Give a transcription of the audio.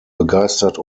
begeistert